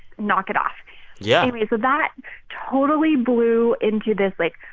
knock it off yeah anyway, so that totally blew into this, like,